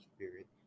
Spirit